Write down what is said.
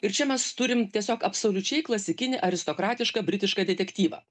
ir čia mes turim tiesiog absoliučiai klasikinį aristokratišką britišką detektyvą